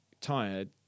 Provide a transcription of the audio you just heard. tired